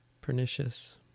pernicious